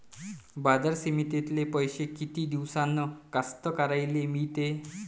बाजार समितीतले पैशे किती दिवसानं कास्तकाराइले मिळते?